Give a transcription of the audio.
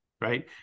right